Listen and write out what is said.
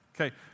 Okay